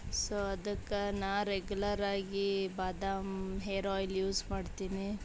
so ಅದಕ್ಕೆ ನಾನು ರೆಗ್ಯುಲರಾಗಿ ಬಾದಾಮ್ ಹೇರ್ ಆಯ್ಲ್ ಯೂಸ್ ಮಾಡ್ತೀನಿ